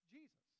Jesus